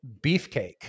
Beefcake